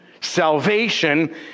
salvation